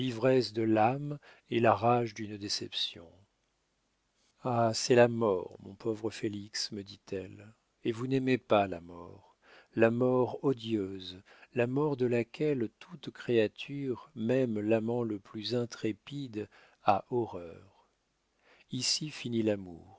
l'ivresse de l'âme et la rage d'une déception ah c'est la mort mon pauvre félix me dit-elle et vous n'aimez pas la mort la mort odieuse la mort de laquelle toute créature même l'amant le plus intrépide a horreur ici finit l'amour